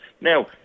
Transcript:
Now